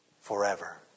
forever